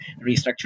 restructure